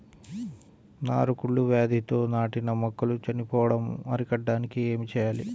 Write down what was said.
నారు కుళ్ళు వ్యాధితో నాటిన మొక్కలు చనిపోవడం అరికట్టడానికి ఏమి చేయాలి?